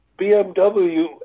BMW